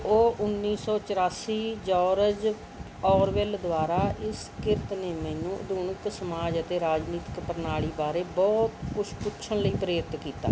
ਉਹ ਉੱਨੀ ਸੌ ਚੁਰਾਸੀ ਜੋਰਜ ਔਰਵਿਲ ਦੁਆਰਾ ਇਸ ਕਿਰਤ ਨੇ ਮੈਨੂੰ ਆਧੁਨਿਕ ਸਮਾਜ ਅਤੇ ਰਾਜਨੀਤਿਕ ਪ੍ਰਣਾਲੀ ਬਾਰੇ ਬਹੁਤ ਕੁਛ ਪੁੱਛਣ ਲਈ ਪ੍ਰੇਰਿਤ ਕੀਤਾ